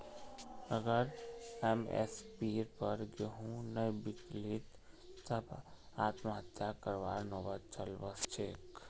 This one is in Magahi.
अगर एम.एस.पीर पर गेंहू नइ बीक लित तब आत्महत्या करवार नौबत चल वस तेक